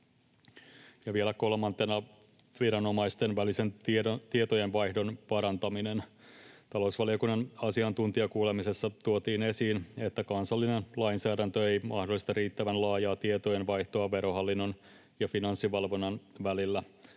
Ja vielä kolmantena viranomaisten välisen tietojenvaihdon parantaminen: Talousvaliokunnan asiantuntijakuulemisessa tuotiin esiin, että kansallinen lainsäädäntö ei mahdollista riittävän laajaa tietojenvaihtoa Verohallinnon ja Finanssivalvonnan välillä.